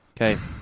Okay